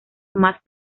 más